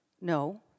No